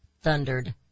thundered